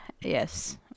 yes